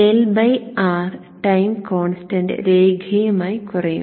L R time constant രേഖീയമായി കുറയും